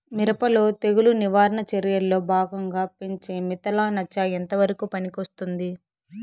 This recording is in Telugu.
మిరప లో తెగులు నివారణ చర్యల్లో భాగంగా పెంచే మిథలానచ ఎంతవరకు పనికొస్తుంది?